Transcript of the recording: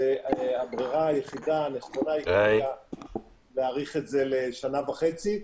והברירה היחידה הנכונה היא כרגע להאריך את זה לשנה וחצי.